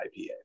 IPA